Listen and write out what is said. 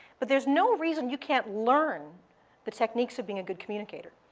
but there's no reason you can't learn the techniques of being a good communicator.